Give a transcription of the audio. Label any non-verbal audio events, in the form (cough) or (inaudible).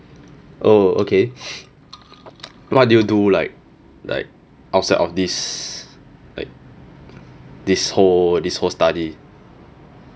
oh okay (noise) what do you do like like outside of this like this whole this whole study